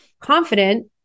confident